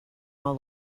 all